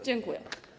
Dziękuję.